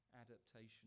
adaptation